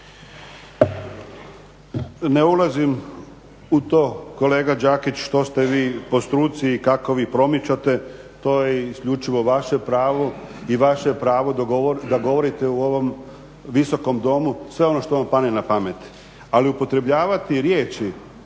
Ne ulazim u to kolega Đakić što ste vi po struci i kako vi promičete, to je isključivo vaše pravo i vaše pravo da govorite u ovom Visokom domu sve ono što vam padne na pamet. Ali upotrebljavati riječi